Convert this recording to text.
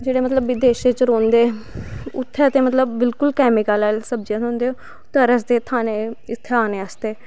जेह्ड़े मतलव विदेशें च रौंह्दे उत्थै ते मतलब बिल्कुल कैमिकल आह्ली सब्जियां थ्होंदियां तरसदे इत्थै औने आस्तेै